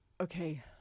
okay